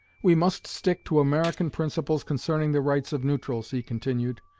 we must stick to american principles concerning the rights of neutrals he continued.